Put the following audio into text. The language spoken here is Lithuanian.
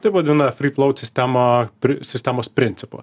tai vadina friflaut sistema i sistemos principu